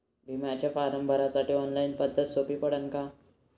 बिम्याचा फारम भरासाठी ऑनलाईन पद्धत सोपी पडन का?